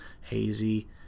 hazy